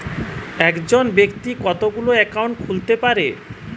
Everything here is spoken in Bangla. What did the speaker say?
একজন ব্যাক্তি কতগুলো অ্যাকাউন্ট খুলতে পারে?